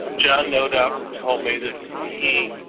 john nodop told me that he